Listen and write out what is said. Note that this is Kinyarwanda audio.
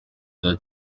cya